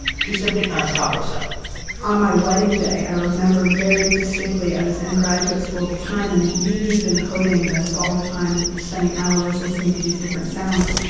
she simply can't stop herself on my wedding day, i remember very distinctly i was in graduate school at the time and knee-deep in coding this all the time, spending hours listening to these different sounds.